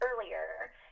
earlier